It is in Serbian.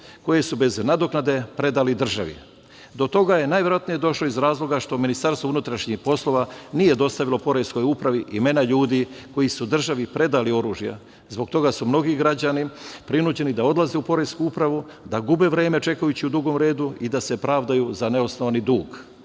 koje su bez nadoknade predali državi. Do toga je najverovatnije došlo iz razloga što MUP, nije dostavilo Poreskoj upravi imena ljudi koji su državi predali oružja i zbog toga su mnogi građani prinuđeni da odlaze u poresku upravu, da gube vreme čekajući u dugom redu i da se pravdaju za neosnovani dug. Zato